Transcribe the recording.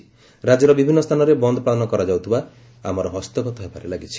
ରାକ୍ୟର ବିଭିନ୍ନ ସ୍ରାନରେ ବନ୍ନ ପାଳନ କରାଯାଉଥିବା ଆମର ହସ୍ତଗତ ହେବାରେ ଲାଗିଛି